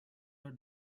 are